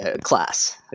class